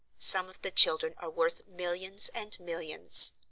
some of the children are worth millions and millions.